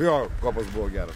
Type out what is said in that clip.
jo kopos buvo geros